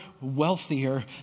wealthier